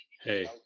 Hey